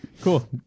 cool